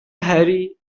harry